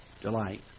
Delight